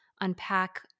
unpack